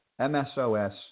MSOS